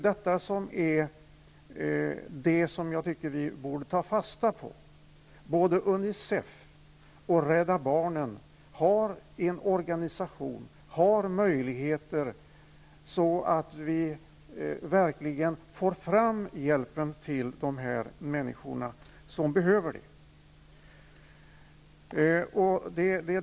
Detta tycker jag att vi borde ta fasta på: både Unicef och Rädda barnen har en organisation och möjligheter att verkligen nå fram med hjälpen till de människor som behöver den.